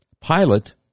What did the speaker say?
Pilate